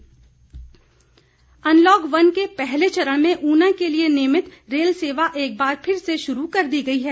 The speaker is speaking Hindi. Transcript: रेल सेवा अनलॉक वन के पहले चरण में ऊना के लिए नियमित रेल सेवा एक बार फिर से शुरू कर दी गई है